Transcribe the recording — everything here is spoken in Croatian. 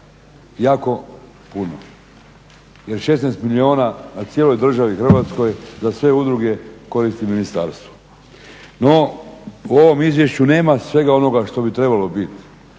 jako puno jer 16 milijuna na cijeloj državi Hrvatskoj za sve udruge koriste ministarstvo. No, u ovom izvješću nema svega onoga što bi trebalo biti.